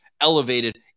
elevated